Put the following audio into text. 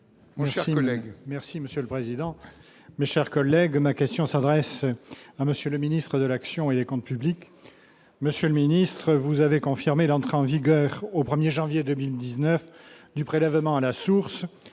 merci monsieur le président, mes chers collègues, ma question s'adresse à monsieur le ministre de l'action et des Comptes publics, monsieur le ministre vous avez confirmé l'entrée en vigueur au 1er janvier 2019 du prélèvement à la source,